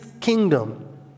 kingdom